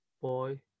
boy